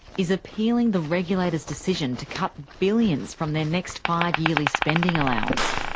is appealing the regulator's decision to cut billions from their next five-yearly spending allowance.